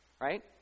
Right